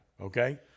okay